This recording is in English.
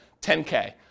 10K